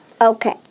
okay